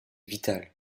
vital